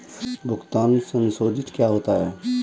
भुगतान संसाधित क्या होता है?